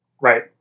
Right